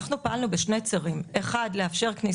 אנחנו פעלנו בשני צירים: אחד,